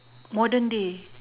modern day